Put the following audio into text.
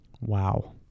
Wow